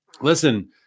listen